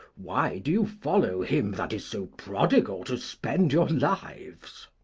why do you follow him that is so prodigal to spend your lives?